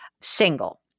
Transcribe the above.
single